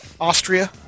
Austria